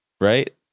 Right